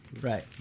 Right